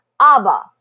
Abba